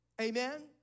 amen